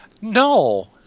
No